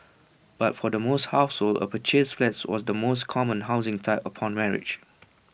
but for the most households A purchased flat was the most common housing type upon marriage